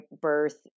birth